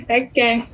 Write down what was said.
okay